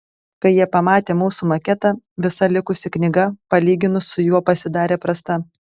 kai jie pamatė mūsų maketą visa likusi knyga palyginus su juo pasidarė prasta